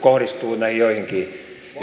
kohdistuu näihin joihinkin